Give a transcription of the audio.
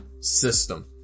system